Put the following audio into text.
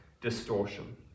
Distortion